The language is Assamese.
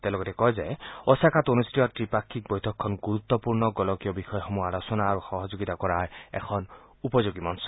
তেওঁ লগতে কয় যে ওছাকাত অনুষ্ঠিত ব্ৰিপাক্ষিক বৈঠকখন গুৰুত্পূৰ্ণ গোলকীয় বিষয়সমূহ আলোচনা আৰু সহযোগিতা কৰাৰ এখন উপযোগী মঞ্চ